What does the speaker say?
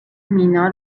مینا